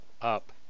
up